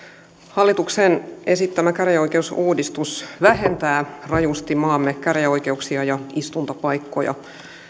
hallituksen esittämä käräjäoikeusuudistus vähentää rajusti maamme käräjäoikeuksia ja istuntopaikkoja